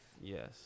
Yes